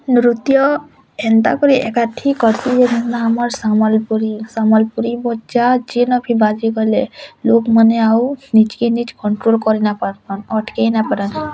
ନୃତ୍ୟ ଏନ୍ତା କରି ଏକା ଠିକ୍ କରସି ବୋଲି ଆମର ସମ୍ବଲପୁରୀ ସମ୍ବଲପୁରୀ ବଜା ଯେନ ଭି ବାଜିଗଲେ ଲୋକମାନେ ଆଉ ନିଜ୍ କି ନିଜ୍ କଣ୍ଟ୍ରୋଲ୍ ନା କରେନା ଅଟକାଇ ନା ପାରେ